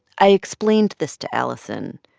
i explained this to alison.